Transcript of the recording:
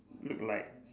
look like